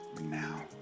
now